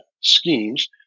schemes